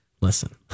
Listen